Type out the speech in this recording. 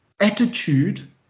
attitude